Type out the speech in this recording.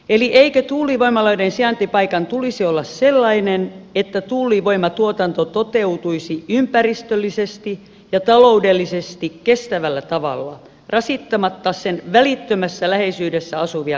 eli eikö tuulivoimaloiden sijaintipaikan tulisi olla sellainen että tuulivoimatuotanto toteutuisi ympäristöllisesti ja taloudellisesti kestävällä tavalla rasittamatta sen välittömässä läheisyydessä asuvia kansalaisia